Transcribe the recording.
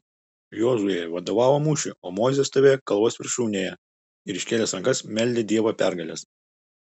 jozuė vadovavo mūšiui o mozė stovėjo kalvos viršūnėje ir iškėlęs rankas meldė dievą pergalės